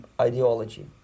ideology